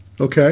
Okay